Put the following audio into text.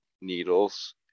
needles